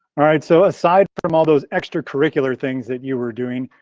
all right, so aside from all those extracurricular things that you were doing,